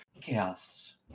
chaos